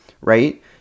right